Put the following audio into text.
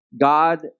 God